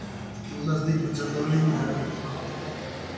नज़दीक तो चंदौली में है